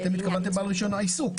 אתם התכוונתם בעל רישיון עיסוק.